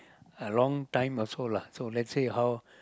wrong time also lah so let's say how